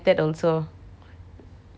ya anytime can collect [what]